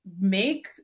make